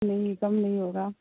نہیں کم نہیں ہوگا